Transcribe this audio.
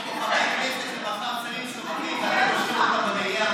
יש פה חברי כנסת שמחר, ואתה משאיר אותם במליאה.